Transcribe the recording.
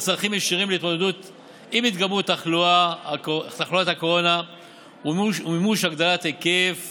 ישירים להתמודדות עם התגברות תחלואת הקורונה ומימוש הגדלת היקף